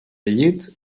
llit